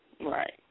Right